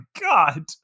God